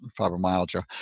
fibromyalgia